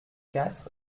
quatre